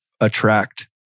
attract